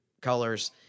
colors